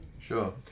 Sure